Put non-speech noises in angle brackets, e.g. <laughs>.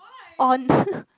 on <laughs>